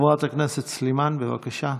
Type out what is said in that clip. חברת הכנסת סלימאן, בבקשה.